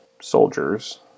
soldiers